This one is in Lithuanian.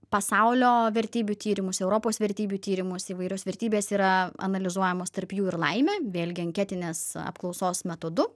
pasaulio vertybių tyrimus europos vertybių tyrimus įvairios vertybės yra analizuojamos tarp jų ir laimė vėlgi anketinės apklausos metodu